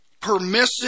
Permissive